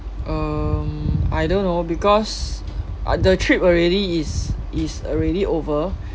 um I don't know because uh the trip already is is already over